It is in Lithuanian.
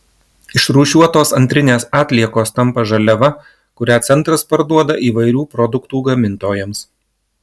išrūšiuotos antrinės atliekos tampa žaliava kurią centras parduoda įvairių produktų gamintojams